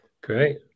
Great